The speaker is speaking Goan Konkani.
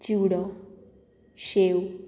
चिवडो शेव